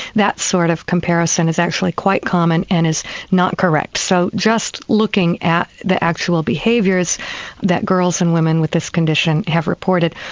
that sort of comparison is actually quite common and is not correct. so just looking at the actual behaviours that girls and women with this condition have reported,